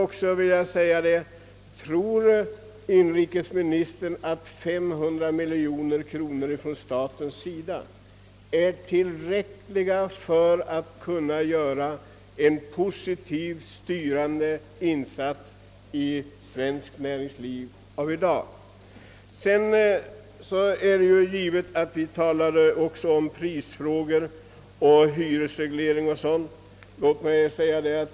Och tror inrikesministern att 500 miljoner kronor från staten är tillräckligt för att kunna göra en positiv, styrande insats i svenskt näringsliv i dag? Vi har också talat om prisfrågor, hyresreglering o. d.